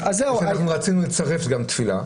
רצינו לצרף גם תפילה.